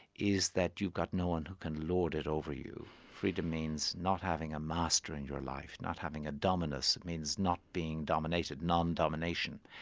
is that you've got no-one who can lord it over you. freedom means not having a master in your life, not a dominus, it means not being dominated, non-domination.